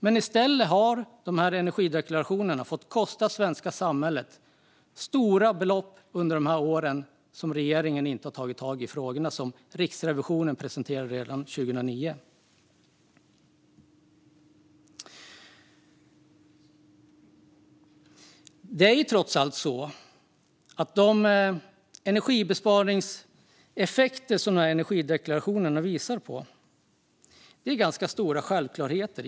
Men i stället har energideklarationerna fått kosta det svenska samhället stora belopp under de år som regeringen har låtit bli att ta tag i de frågor som Riksrevisionen presenterade redan 2009. De energibesparingseffekter som energideklarationerna visar på är i ganska hög grad självklarheter.